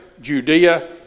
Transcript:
Judea